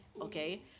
okay